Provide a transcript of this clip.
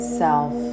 self